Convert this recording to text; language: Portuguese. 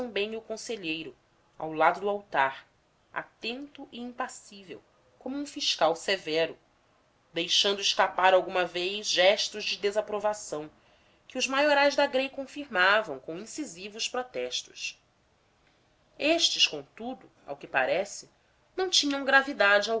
também o conselheiro ao lado do altar atento e impassível como um fiscal severo deixando escapar alguma vez gestos de desaprovação que os maiorais da grei confirmavam com incisivos protestos estes contudo ao que parece não tinham gravidade